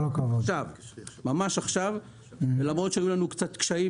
ממש עכשיו, למרות שהיו לנו כמה קשיים,